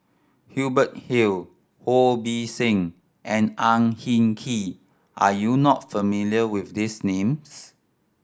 Hubert Hill Ho Beng See and Ang Hin Kee are you not familiar with these names